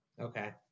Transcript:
Okay